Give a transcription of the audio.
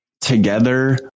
Together